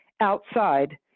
outside